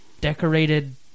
decorated